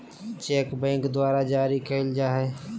cheque bank द्वारा जारी करल जाय हय